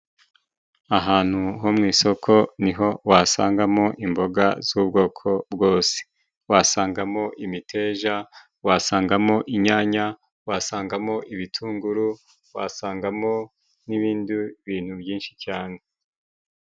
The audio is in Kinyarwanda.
Ahantu ho mu isoko ni ho wasangamo imboga z'ubwoko bwose, wasangamo imiteja wasangamo inyanya, wasangamo ibitunguru wasangamo n'ibindi bintu byinshi cyane.